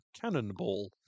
cannonball